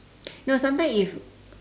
no sometimes if